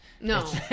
No